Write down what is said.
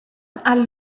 ha’l